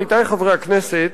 עמיתי חברי הכנסת,